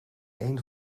één